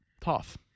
Tough